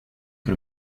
que